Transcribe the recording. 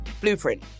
blueprint